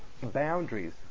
boundaries